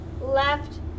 left